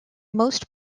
most